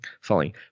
falling